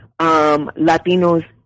Latinos